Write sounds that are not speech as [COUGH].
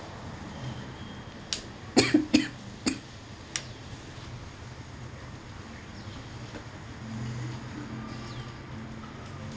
[COUGHS]